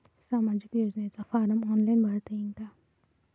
सामाजिक योजनेचा form online भरता येईन का?